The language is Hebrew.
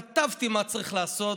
כתבתי מה צריך לעשות.